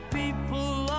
people